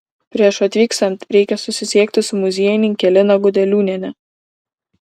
prieš atvykstant reikia susisiekti su muziejininke lina gudeliūniene